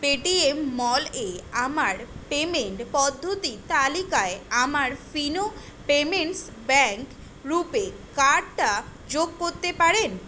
Paytm mall এ আমার payment পদ্ধতির তালিকায় আমার ফিনো পেমেন্টস ব্যাঙ্ক রুপে কার্ডটা যোগ করতে পারেন